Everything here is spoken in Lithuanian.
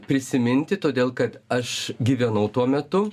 prisiminti todėl kad aš gyvenau tuo metu